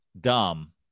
dumb